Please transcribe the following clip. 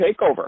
takeover